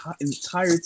entire